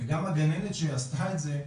וגם הגננת שעשתה את זה,